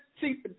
See